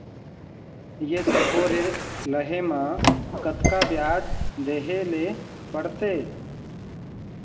ये सब्बो ऋण लहे मा कतका ब्याज देहें ले पड़ते?